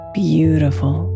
beautiful